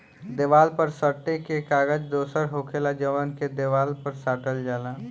देवाल पर सटे के कागज दोसर होखेला जवन के देवाल पर साटल जाला